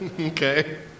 Okay